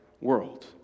world